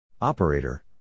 operator